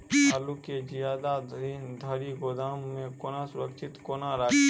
आलु केँ जियादा दिन धरि गोदाम मे कोना सुरक्षित कोना राखि?